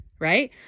right